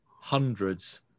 hundreds